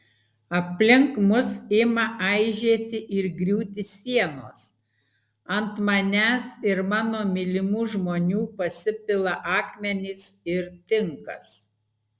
aplink mus ima aižėti ir griūti sienos ant manęs ir mano mylimų žmonių pasipila akmenys ir tinkas